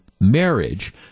marriage